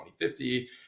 2050